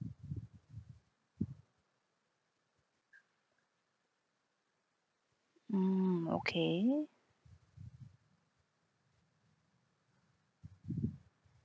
mm okay